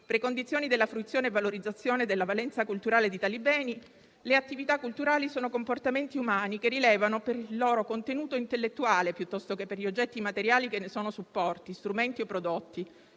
(precondizioni della fruizione e valorizzazione della valenza culturale di tali beni), le attività culturali sono comportamenti umani che rilevano per il loro contenuto intellettuale, piuttosto che per gli oggetti materiali che ne sono supporti, strumenti o prodotti,